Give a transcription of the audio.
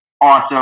awesome